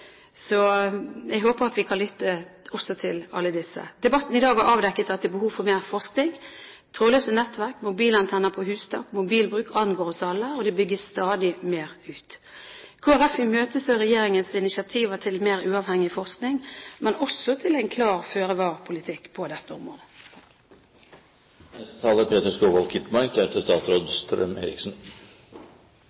Jeg håper vi kan lytte også til alle disse. Debatten i dag har avdekket at det er behov for mer forskning. Trådløse nettverk, mobilantenner på hustak og mobilbruk angår oss alle, og det bygges stadig mer ut. Kristelig Folkeparti imøteser regjeringens initiativer til mer uavhengig forskning, men også en klar føre-var-politikk på dette området.